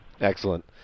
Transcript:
Excellent